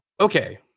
Okay